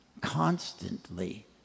constantly